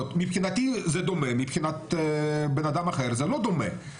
מבחינתי זה דומה, מבחינת בן אדם אחר זה לא דומה.